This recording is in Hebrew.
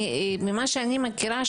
ממה שאני מכירה,